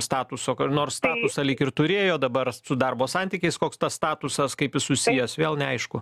statuso kur nors statusą lyg ir turėjo dabar su darbo santykiais koks tas statusas kaip jis susijęs vėl neaišku